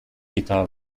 guitar